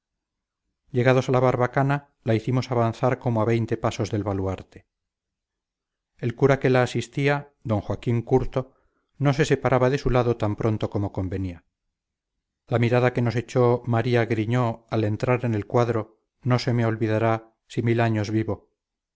llegados a la barbacana la hicimos avanzar como a veinte pasos del baluarte el cura que la asistía d joaquín curto no se separaba de su lado tan pronto como convenía la mirada que nos echó maría griñó al entrar en el cuadro no se me olvidará si mil años vivo